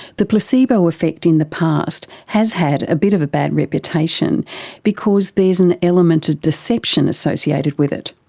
the placebo effect in the past has had a bit of a bad reputation because there's an element of deception associated with it.